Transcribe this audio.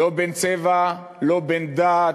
לא בין צבע, לא בין דת,